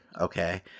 Okay